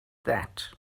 that